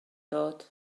dod